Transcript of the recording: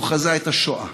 הוא חזה את השואה,